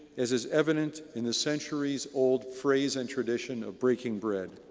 is is evident in the centuries old phrase and tradition of breaking bread.